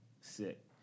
sick